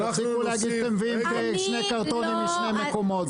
ותפסיקו להגיד שאתם מביאים שני קרטונים משני מקומות.